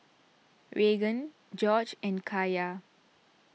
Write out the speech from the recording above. Raegan Gorge and Kaya